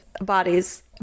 bodies